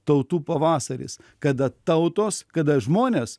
tautų pavasaris kada tautos kada žmonės